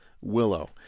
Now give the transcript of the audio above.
Willow